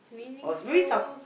or is maybe some